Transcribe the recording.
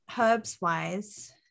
herbs-wise